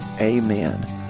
Amen